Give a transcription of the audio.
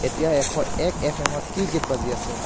এতিয়া এশ এক এফ এম ত কি গীত বাজি আছে